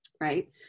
right